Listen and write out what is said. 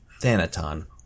Thanaton